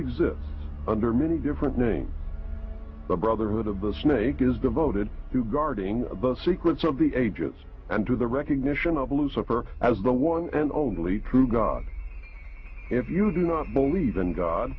exists under many different names the brotherhood of the snake is devoted to guarding both secrets of the ages and to the recognition of lucifer as the one and only true god if you do not believe in god